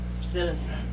citizen